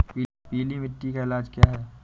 पीली मिट्टी का इलाज क्या है?